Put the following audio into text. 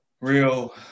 real